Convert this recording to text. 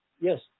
Yes